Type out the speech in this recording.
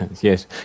Yes